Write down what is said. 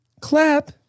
Clap